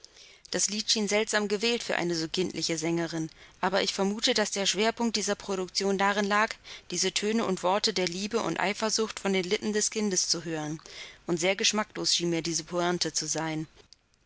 das lied schien seltsam gewählt für eine so kindliche sängerin aber ich vermute daß der schwerpunkt dieser produktion darin lag diese töne und worte der liebe und eifersucht von den lippen des kindes zu hören und sehr geschmacklos schien mir diese pointe zu sein